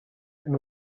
and